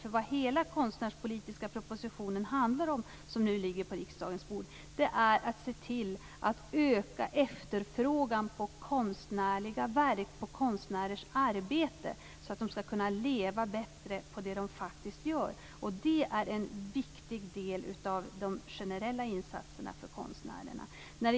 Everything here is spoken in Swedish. Hela den konstnärspolitiska propositionen som nu ligger på riksdagens bord handlar om att se till att öka efterfrågan på konstnärliga verk och konstnärers arbete, så att de skall kunna leva bättre på det de faktiskt gör. Detta är en viktig del av de generella insatserna för konstnärerna.